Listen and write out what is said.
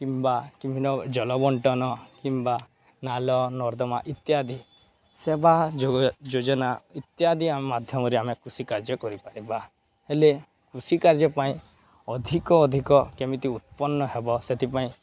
କିମ୍ବା କିଭିନ୍ନ ଜଳ ବଣ୍ଟନ କିମ୍ବା ନାଳ ନର୍ଦ୍ଦମା ଇତ୍ୟାଦି ସେବା ଯୋଜନା ଇତ୍ୟାଦି ମାଧ୍ୟମରେ ଆମେ କୃଷି କାର୍ଯ୍ୟ କରିପାରିବା ହେଲେ କୃଷି କାର୍ଯ୍ୟ ପାଇଁ ଅଧିକ ଅଧିକ କେମିତି ଉତ୍ପନ୍ନ ହେବ ସେଥିପାଇଁ